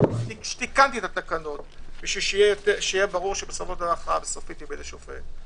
תיקנתי את התקנות כדי שיהיה ברור שההכרעה הסופית היא בידי השופט,